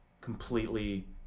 completely